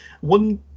one